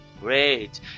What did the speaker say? great